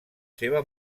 seva